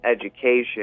education